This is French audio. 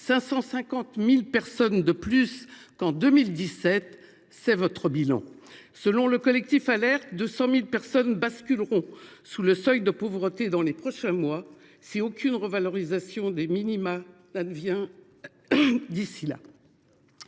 550 000 personnes de plus qu’en 2017. C’est votre bilan ! Selon le collectif Alerte, 200 000 personnes basculeront sous le seuil de pauvreté dans les prochains mois si aucune revalorisation des minima n’advient d’ici là.